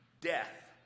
Death